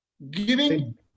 Giving